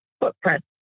footprint